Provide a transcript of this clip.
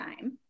time